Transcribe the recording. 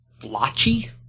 blotchy